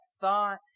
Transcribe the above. thought